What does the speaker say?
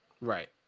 Right